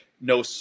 No